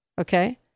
Okay